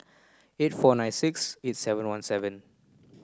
eight four nine six eight seven one seven